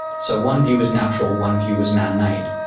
so one view was natural, one view was man-made.